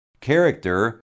character